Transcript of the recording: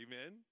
Amen